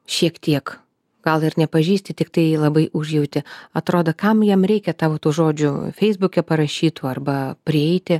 šiek tiek gal ir nepažįsti tiktai labai užjauti atrodo kam jam reikia tavo tų žodžių feisbuke parašytų arba prieiti